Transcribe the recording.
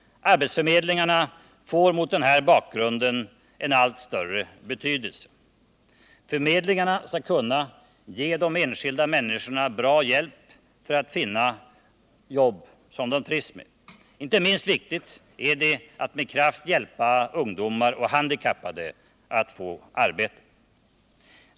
Arbetsförmedlingarna får mot den här bakgrunden en allt större betydelse. Förmedlingarna skall kunna ge de enskilda människorna bra hjälp för att finna jobb som de trivs med. Inte minst viktigt är det att med kraft hjälpa ungdomar och handikappade att få arbete.